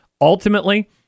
Ultimately